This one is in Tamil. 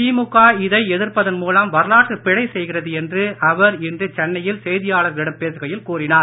திமுக இதை எதிர்ப்பதன் மூலம் வரலாற்றுப் பிழை செய்கிறது என்று அவர் இன்று சென்னையில் செய்தியாளர்களிடம் பேசுகையில் கூறினார்